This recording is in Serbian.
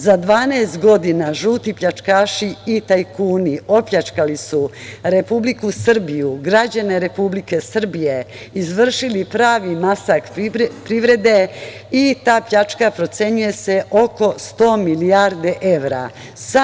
Za 12 godina žuti pljačkaši i tajkuni opljačkali su Republiku Srbiju, građane Republike Srbije, izvršili pravi masakr privrede i ta pljačka procenjuje se oko 100 milijardi evra.